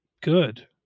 good